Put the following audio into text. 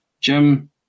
Jim